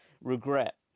Regret